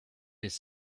his